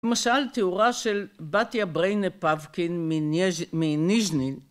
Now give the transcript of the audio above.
ל‫משל, תיאורה של בתיה בריינה פאבקין ‫מניג'נין.